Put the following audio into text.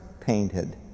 painted